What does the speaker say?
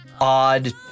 odd